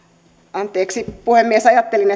anteeksi puhemies ajattelin